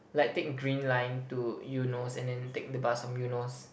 like take green line to Eunos and then take the bus from Eunos